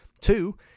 Two